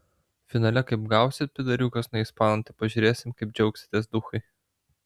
finale kaip gausit pydariūgos nuo ispanų tai pažiūrėsim kaip džiaugsitės duchai